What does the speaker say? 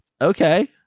Okay